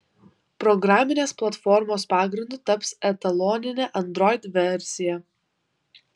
programinės platformos pagrindu taps etaloninė android versija